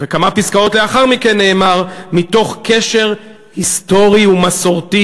כמה פסקאות לאחר מכן נאמר: "מתוך קשר היסטורי ומסורתי